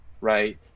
right